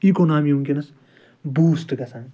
economy وُنٛکیٚس بوٗسٹہٕ گژھان